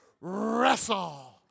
wrestle